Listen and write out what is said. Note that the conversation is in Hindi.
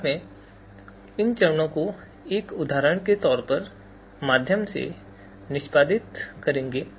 बाद में हम इन चरणों को एक उदाहरण के माध्यम से निष्पादित करेंगे